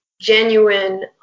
genuine